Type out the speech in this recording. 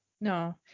no